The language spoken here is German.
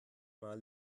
mal